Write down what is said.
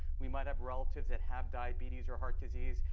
we might have relatives that have diabetes or heart disease.